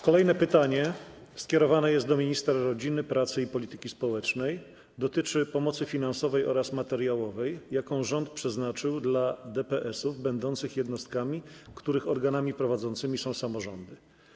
Kolejne pytanie skierowane jest do minister rodziny, pracy i polityki społecznej, a dotyczy pomocy finansowej oraz materiałowej, jaką rząd przeznaczył dla DPS-ów będących jednostkami, których organami prowadzącymi są samorządy.